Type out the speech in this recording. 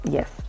Yes